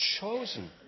chosen